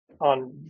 on